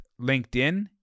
LinkedIn